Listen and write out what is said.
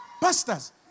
pastors